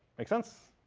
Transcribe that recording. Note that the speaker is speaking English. make sense?